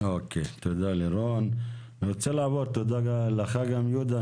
תודה לירון, תודה גם לך יהודה.